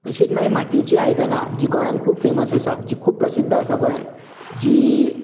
तशींच मागीर मातयेचीं आयदनां जीं गोंयान खूब फॅमस आसा जीं खूब प्रसिध्द आसा गोंयान जी